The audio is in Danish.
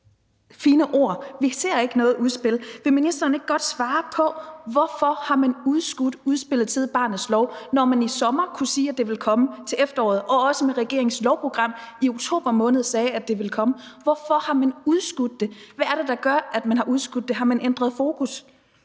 fine ord. Vi ser ikke noget udspil. Vil ministeren ikke godt svare på: Hvorfor har man udskudt udspillet til barnets lov, når man i sommer kunne sige, at det ville komme til efteråret? Og det samme gælder regeringens lovprogram, hvor man i oktober måned sagde, at det ville komme. Hvorfor har man udskudt det? Hvad er det, der gør, at man har udskudt det? Har man ændret fokus?